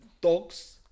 dogs